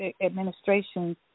administration's